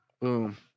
Boom